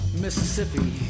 mississippi